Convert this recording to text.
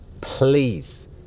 please